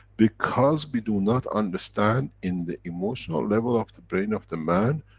because we do not understand, in the emotional level of the brain of the man,